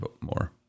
more